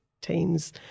teams